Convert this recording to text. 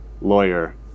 lawyer